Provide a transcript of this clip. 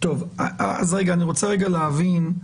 אני רוצה להבין.